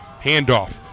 handoff